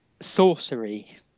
Sorcery